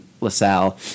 LaSalle